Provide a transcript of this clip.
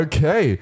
Okay